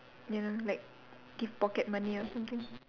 ya like give pocket money or something